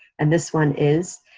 and this one is.